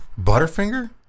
Butterfinger